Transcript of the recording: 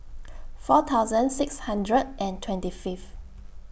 four thousand six hundred and twenty five